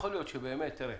יכול להיות שבאמת, תראה,